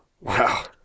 Wow